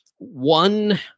One